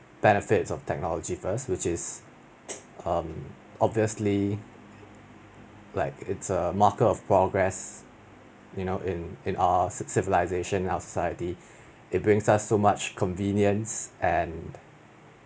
benefits of technology first which is um obviously like it's a mark of progress you know in in our civilization of society it brings us so much convenience and